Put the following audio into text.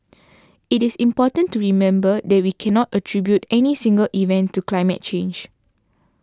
it is important to remember that we cannot attribute any single event to climate change